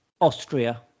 Austria